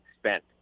spent